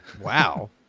Wow